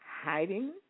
hiding